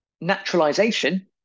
Naturalization